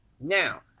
now